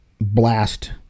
blast